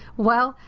well,